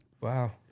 wow